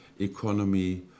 economy